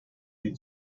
die